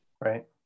right